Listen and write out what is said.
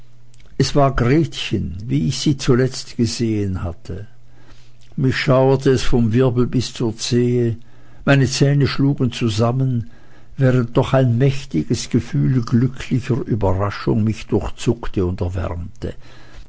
es war gretchen wie ich sie zuletzt gesehen hatte mich schauerte es vom wirbel bis zur zehe meine zähne schlugen zusammen während doch ein mächtiges gefühl glücklicher überraschung mich durchzuckte und erwärmte